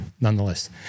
nonetheless